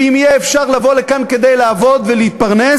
ואם יהיה אפשר לבוא לכאן כדי לעבוד ולהתפרנס,